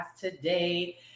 today